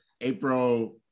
April